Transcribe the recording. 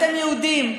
אתם יהודים,